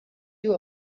you